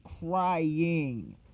crying